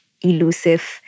elusive